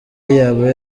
yaba